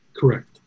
Correct